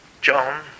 John